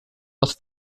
was